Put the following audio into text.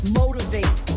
motivate